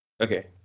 Okay